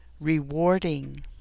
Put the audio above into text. rewarding